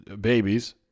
babies